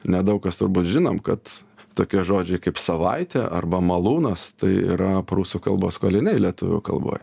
nedaug kas turbūt žinom kad tokie žodžiai kaip savaitė arba malūnas tai yra prūsų kalbos skoliniai lietuvių kalboj